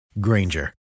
Granger